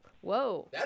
Whoa